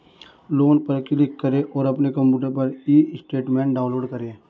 loan पर click करें और अपने कंप्यूटर पर ई स्टेटमेंट डाउनलोड करें